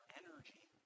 energy